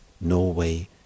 Norway